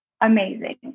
amazing